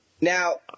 Now